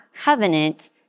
covenant